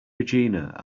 regina